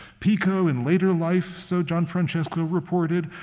pico, in later life, so gianfrancesco reported,